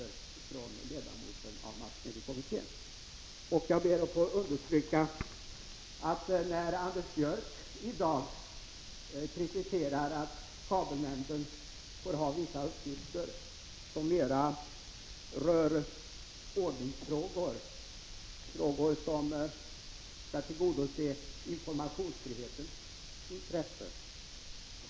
Herr talman! När jag definierade kulturminister Bengt Göranssons förslag som liberalt tänkte jag naturligtvis på det förslag som han presenterade för riksdagen och som praktiskt taget var synonymt med det förslag som Anders Björck var med om att underteckna i massmediekommittén. Jag trodde då att han hade influerats i liberal riktning av en ledamot i massmediekommittén. Jag vill sedan understryka följande. Anders Björck riktar i dag kritik mot att kabelnämnden får ha vissa uppgifter som mera rör ordningsfrågor. Det gäller sådant som skall tillgodose informationsfrihetens intressen.